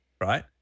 right